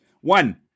One